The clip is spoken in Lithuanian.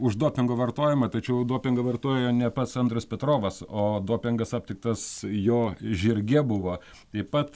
už dopingo vartojimą tačiau dopingą vartojo ne pats andrius petrovas o dopingas aptiktas jo žirge buvo taip pat